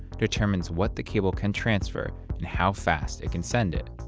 determines what the cable can transfer and how fast it can send it.